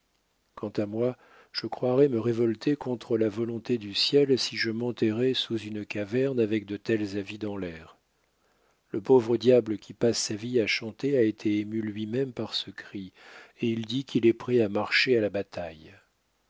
quant à moi je croirais me révolter contre la volonté du ciel si je m'enterrais sous une caverne avec de tels avis dans l'air le pauvre diable qui passe sa vie à chanter a été ému luimême par ce cri et il dit qu'il est prêt à marcher à la bataille